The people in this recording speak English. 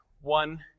One